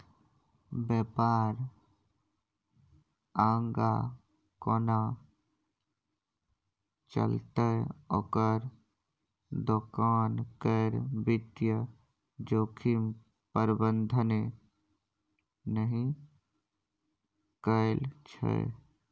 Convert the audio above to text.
बेपार आगाँ कोना चलतै ओकर दोकान केर वित्तीय जोखिम प्रबंधने नहि कएल छै